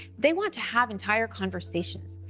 they want to have entire conversations.